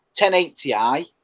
1080i